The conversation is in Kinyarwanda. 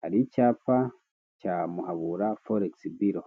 Hari icyapa cya Muhabura forekisi biro,